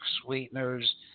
sweeteners